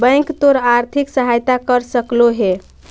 bank तोर आर्थिक सहायता कर सकलो हे